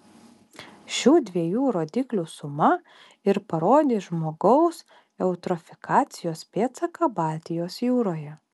šių dviejų rodiklių suma ir parodys žmogaus eutrofikacijos pėdsaką baltijos jūroje